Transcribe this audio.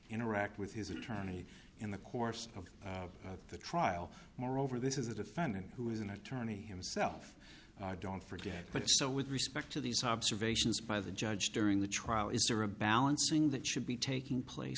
interact with his attorney in the course of the trial moreover this is a defendant who is an attorney himself don't forget but so with respect to these observations by the judge during the trial is there a balancing that should be taking place